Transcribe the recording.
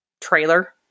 trailer